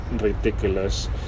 ridiculous